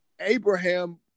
Abraham